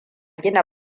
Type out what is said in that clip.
gina